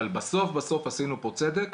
אבל בסוף עשינו פה צדק,